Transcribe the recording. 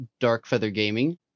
darkfeathergaming